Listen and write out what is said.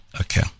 Okay